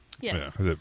yes